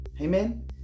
Amen